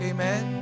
Amen